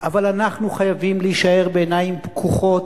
אבל אנחנו חייבים להישאר בעיניים פקוחות